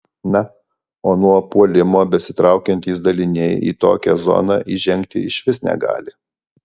na o nuo puolimo besitraukiantys daliniai į tokią zoną įžengti išvis negali